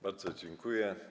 Bardzo dziękuję.